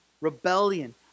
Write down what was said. rebellion